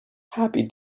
happy